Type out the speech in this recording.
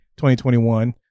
2021